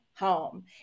home